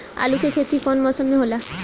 आलू के खेती कउन मौसम में होला?